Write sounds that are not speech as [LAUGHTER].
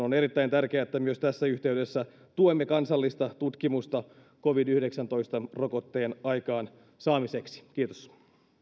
[UNINTELLIGIBLE] on erittäin tärkeää että myös tässä yhteydessä tuemme kansallista tutkimusta covid yhdeksäntoista rokotteen aikaansaamiseksi kiitos